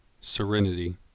Serenity